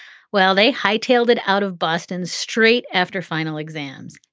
well, they hightailed it out of boston straight after final exams,